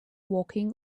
walking